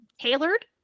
tailored